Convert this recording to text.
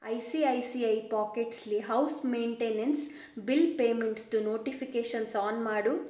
I C I C I ಪಾಕೆಟ್ಸಲ್ಲಿ house maintenance bill ಪೇಮೆಂಟ್ಸ್ದು notifications on ಮಾಡು